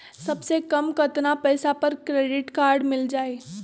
सबसे कम कतना पैसा पर क्रेडिट काड मिल जाई?